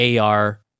AR